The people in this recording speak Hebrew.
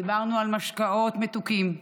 דיברנו על משקאות מתוקים,